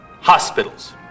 hospitals